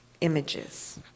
images